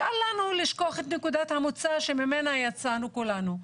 ואל לנו לשכוח את נקודת המוצא שממנה יצאנו כולנו.